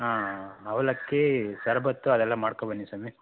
ಹಾಂ ಅವ್ಲಕ್ಕಿ ಶರಬತ್ತು ಅದೆಲ್ಲ ಮಾಡ್ಕೊ ಬನ್ನಿ ಸ್ವಾಮಿ